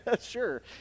sure